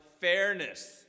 fairness